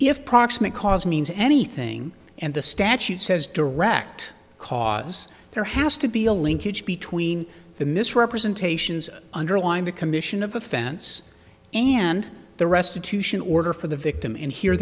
if proximate cause means anything and the statute says direct cause there has to be a linkage between the misrepresentations underlying the commission of a fan yes and the restitution order for the victim in here